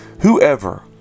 whoever